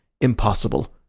Impossible